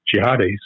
jihadis